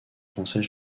français